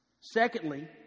Secondly